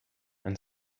and